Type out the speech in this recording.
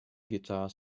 guitar